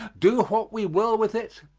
do what we will with it,